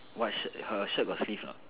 what shirt her shirt got sleeve or not